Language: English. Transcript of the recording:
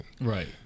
Right